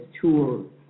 tools